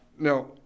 Now